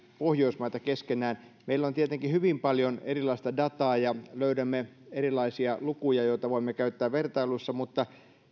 pohjoismaita keskenään meillä on tietenkin hyvin paljon erilaista dataa ja löydämme erilaisia lukuja joita voimme käyttää vertailuissa mutta